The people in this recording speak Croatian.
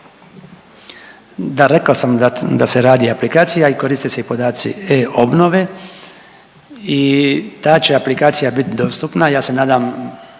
da rekao sam da se radi aplikacija i koriste se podaci i e-Obnove i ta će aplikacija bit dostupna, ja se nadam